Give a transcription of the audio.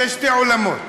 זה שני עולמות.